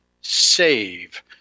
save